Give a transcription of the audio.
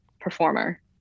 performer